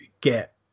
get